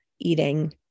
eating